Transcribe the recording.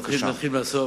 אתחיל מהסוף.